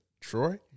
Troy